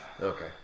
Okay